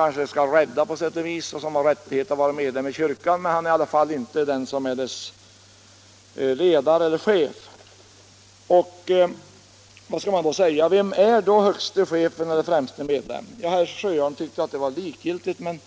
Konungen är en person vid sidan om, som har rättighet att vara medlem i kyrkan, men han är ändå inte kyrkans ledare eller chef. Men vem är då kyrkans främste medlem och chef? Ja, herr Sjöholm tyckte att det var likgiltigt, men